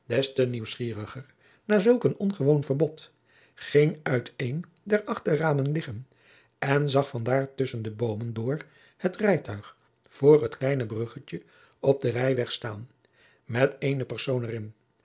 des te nieuwsgieriger na zulk een ongewoon verbod ging uit een der achterramen liggen en zag van daar tusschen de boomen door het rijtuig voor het kleine bruggetje op den rijweg staan met eene persoon er